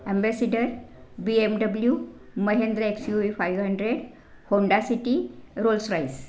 ambassador B M W Mahindra X U V five hundred Honda City Rolls Royce